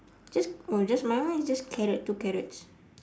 just oh just my one is just carrot two carrots